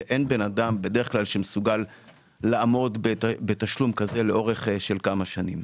שאין בן אדם בדרך כלל שמסוגל לעמוד בתשלום כזה לאורך של כמה שנים.